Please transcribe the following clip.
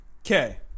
Okay